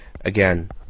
again